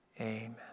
Amen